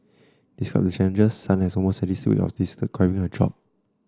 despite the challenges Sun has an almost sadistic way of describing her job